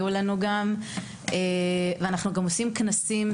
אנחנו גם עושים כנסים,